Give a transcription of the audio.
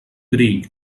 grill